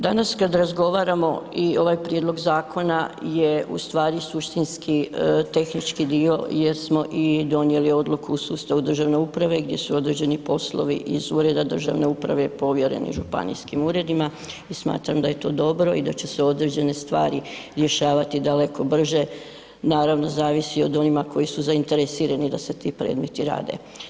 Danas kad razgovaramo i ovaj prijedlog zakona je ustvari suštinski tehnički dio jer smo i donijeli odluku u sustavu državne uprave gdje su određeni poslovi iz ureda državne uprave povjereni županijskim uredima i smatram da je to dobro i da će se određene stvari rješavati daleko brže, naravno zavisi o onima koji su zainteresirani da se ti predmeti rade.